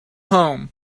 home